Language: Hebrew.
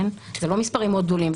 זה לא מספרים מאוד גדולים,